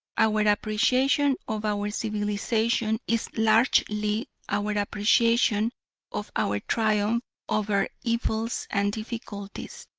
our appreciation of our civilisation is largely our appreciation of our triumph over evils and difficulties.